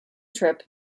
trip